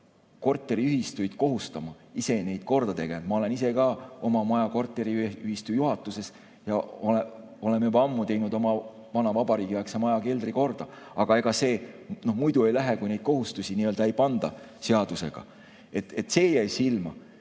seaduse tasemel kohustada ise neid korda tegema. Ma olen ise oma maja korteriühistu juhatuses ja oleme juba ammu teinud oma vana vabariigiaegse maja keldri korda. Aga ega see muidu ei toimu, kui neid kohustusi ei panda seadusega. See jäi silma.